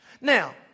Now